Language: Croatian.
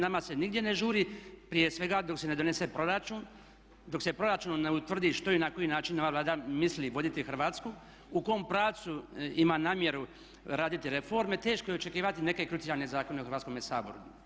Nama se nigdje ne žuri, prije svega dok se ne donese proračun, dok se proračunom ne utvrdi što i na koji način ova Vlada misli voditi Hrvatsku, u kom pravcu ima namjeru raditi reforme teško je očekivati neke krucijalne zakone u Hrvatskome saboru.